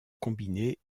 combiné